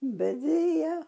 bet deja